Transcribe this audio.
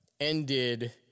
ended